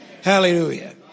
Hallelujah